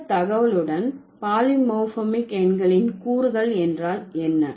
இந்த தகவலுடன் பாலிமோர்பிமிக் எண்களின் கூறுகள் என்றால் என்ன